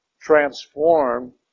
Transform